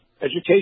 education